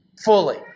fully